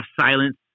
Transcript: silence